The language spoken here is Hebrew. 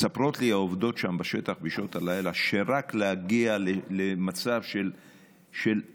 מספרות לי העובדות שם בשטח בשעות הלילה שרק להגיע למצב של להאמין,